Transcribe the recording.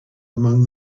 among